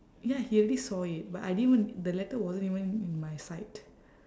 ya he already saw it but I didn't even the letter wasn't even in my sight